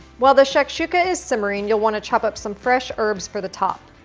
while the shakshuka is simmering, you'll wanna chop up some fresh herbs for the top.